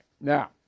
Now